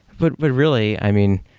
but but really i mean,